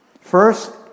First